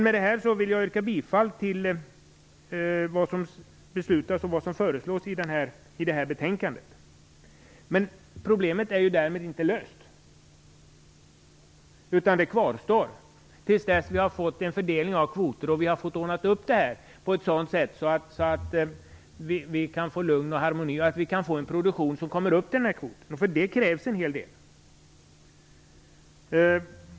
Med det anförda vill jag yrka bifall till hemställan i utskottets betänkande. Men problemet är därmed inte löst, utan det kvarstår tills vi har fått en fördelning av kvoter och ordnat upp detta på ett sådant sätt att vi kan få lugn och harmoni och en produktion som kommer upp till den här kvoten, och för det krävs en hel del.